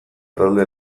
talde